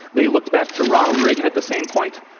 they looked back to ronald reagan at the same point.